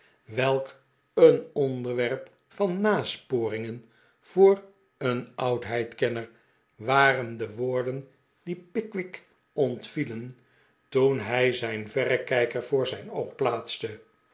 welk een onderwerp van nasporingen voor een oudheidkenner waren de woorde pickwick club den die pickwick ontvielen toen hij zijn verrekijker voor zijn oog plaatste